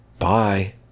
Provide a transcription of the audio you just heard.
Bye